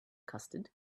custard